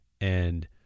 and-